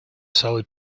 solid